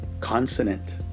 consonant